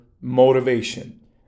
motivation